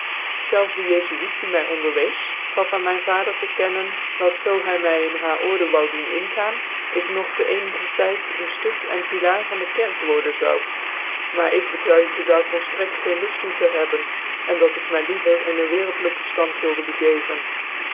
zelfs de jcfuit die my onderwees gaf aan myn vader te kennen dat zoo hy my in haar order wou doen ingaan ik noch t'ccnigcr tyd ccn ftut cn pilaar van dc kerk worden zou maar ik betuigde daar volftrekt geen luft toe te hebben cn dat ik my liever in een wcrcltlijke ftand wilde begeven